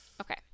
Okay